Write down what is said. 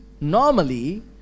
normally